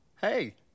Hey